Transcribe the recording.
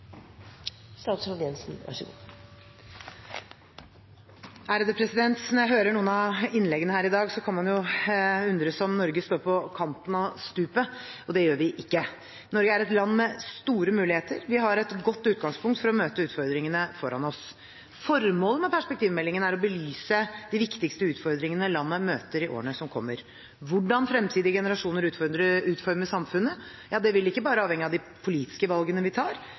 Når jeg hører noen av innleggene her i dag, kan man undres om Norge står på kanten av stupet. Det gjør vi ikke. Norge er et land med store muligheter. Vi har et godt utgangspunkt for å møte utfordringene foran oss. Formålet med perspektivmeldingen er å belyse de viktigste utfordringene landet møter i årene som kommer. Hvordan fremtidige generasjoner utformer samfunnet, vil ikke bare avhenge av de politiske valgene vi tar,